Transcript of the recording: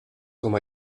com